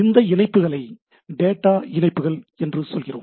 இந்த இணைப்புகளை டேட்டா இணைப்புகள் என்று சொல்கிறோம்